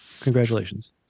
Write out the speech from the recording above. Congratulations